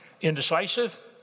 indecisive